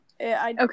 Okay